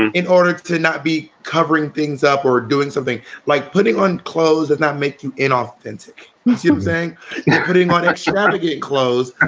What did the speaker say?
in order to not be covering things up or doing something like putting on clothes does not make you inauthentic using putting on extravagant clothes.